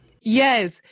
Yes